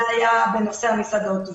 זה היה בנושא המסעדות.